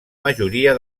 majoria